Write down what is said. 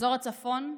אזור הצפון,